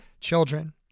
children